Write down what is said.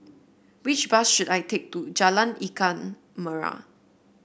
which bus should I take to Jalan Ikan Merah